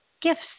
gifts